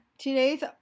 Today's